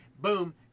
Boom